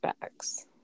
bags